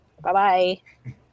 Bye-bye